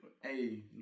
hey